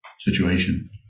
situation